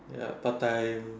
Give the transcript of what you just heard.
ya part time